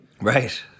Right